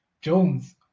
Jones